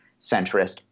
centrist